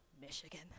Michigan